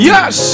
Yes